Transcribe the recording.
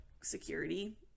security